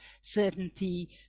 certainty